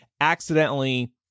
accidentally